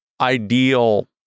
ideal